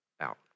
out